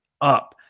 up